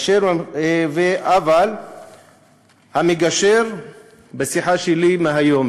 אבל המגשר בשיחה שלי אתו מהיום,